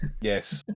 Yes